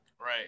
Right